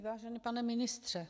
Vážený pane ministře.